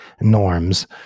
norms